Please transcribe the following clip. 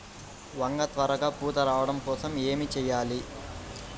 వంగ త్వరగా పూత రావడం కోసం ఏమి చెయ్యాలి?